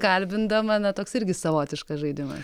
kalbindama na toks irgi savotiškas žaidimas